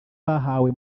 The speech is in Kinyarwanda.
bahawe